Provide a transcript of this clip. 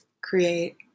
create